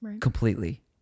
completely